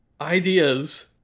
ideas